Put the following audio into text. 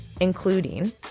Including